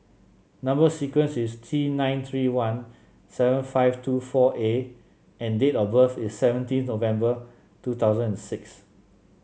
number sequence is T nine three one seven five two four A and date of birth is seventeen November two thousand and six